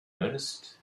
earnest